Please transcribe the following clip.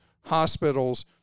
hospitals